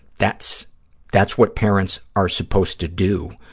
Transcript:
that's that's what parents are supposed to do,